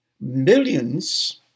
millions